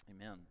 amen